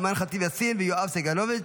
אימאן ח'טיב יאסין ויואב סגלוביץ'.